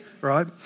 Right